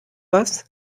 was